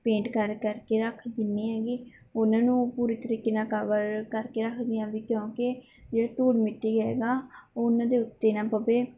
paint ਕਰ ਕਰਕੇ ਰੱਖ ਦਿੰਦੀ ਹੈਗੀ ਉਹਨਾਂ ਨੂੰ ਪੂਰੇ ਤਰੀਕੇ ਨਾਲ ਕਵਰ ਕਰਕੇ ਰੱਖਦੀ ਹਾਂ ਵੀ ਕਿਉਂਕਿ ਜਿਹੜੇ ਧੂੜ ਮਿੱਟੀ ਹੈ ਨਾ ਉਹਨਾਂ ਦੇ ਉੱਤੇ ਨਾ ਪਵੇ